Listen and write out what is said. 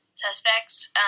suspects